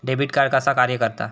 Debit card कसा कार्य करता?